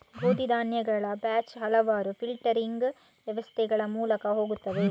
ಗೋಧಿ ಧಾನ್ಯಗಳ ಬ್ಯಾಚ್ ಹಲವಾರು ಫಿಲ್ಟರಿಂಗ್ ವ್ಯವಸ್ಥೆಗಳ ಮೂಲಕ ಹೋಗುತ್ತದೆ